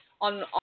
on